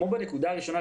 כמו בנקודה הראשונה,